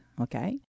Okay